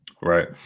right